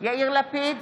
יאיר לפיד,